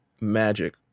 Magic